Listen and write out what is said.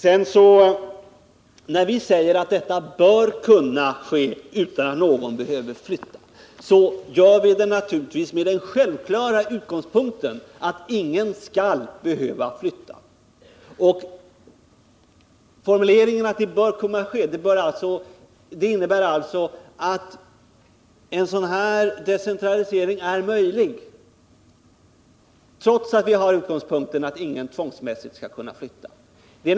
När vi säger att detta bör kunna ske utan att någon behöver flytta, så är det naturligtvis för oss en självklar utgångspunkt — att ingen skall behöva flytta. Formuleringen att det ”bör kunna ske” innebär alltså att en sådan här decentralisering är möjlig, trots att vi har utgångspunkten att ingen tvångsmässigt skall flytta.